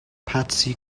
patsy